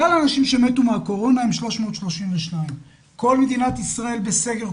כלל האנשים שמתו מהקורונה הם 332. כל מדינת ישראל בסגר,